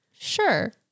Sure